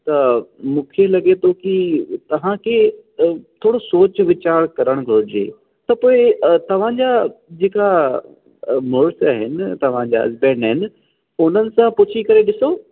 त मूंखे लॻे थो की तव्हांखे थोरो सोच वीचार करणु घुर्जे त पोइ तव्हांजा जेका मुडुस आहिनि तव्हांजा हस्बैंड आहिनि उन्हनि सां पुछी करे ॾिसो